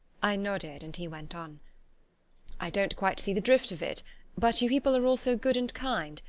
i nodded, and he went on i don't quite see the drift of it but you people are all so good and kind,